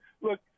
look